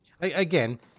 again